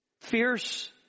fierce